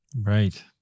Right